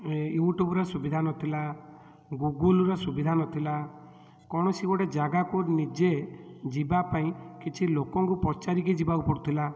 you ଟ୍ୟୁବ୍ର ସୁବିଧା ନଥିଲା ଗୁଗୁଲ୍ର ସୁବିଧା ନଥିଲା କୌଣସି ଗୋଟେ ଜାଗାକୁ ନିଜେ ଯିବା ପାଇଁ କିଛି ଲୋକଙ୍କୁ ପଚାରିକି ଯିବାକୁ ପଡ଼ୁଥିଲା